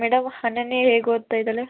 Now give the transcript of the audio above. madam Ananya ಹೇಗೆ ಓದ್ತಾ ಇದ್ದಾಳೆ